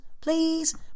Please